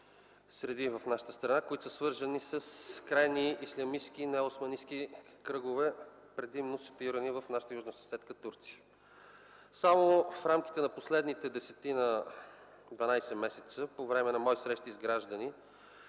среди в нашата страна, свързани с крайни ислямистки и неоосманистки кръгове, предимно ситуирани в нашата южна съседка Турция. Само в рамките на последните десет-дванадесет месеца по време на мои срещи с граждани,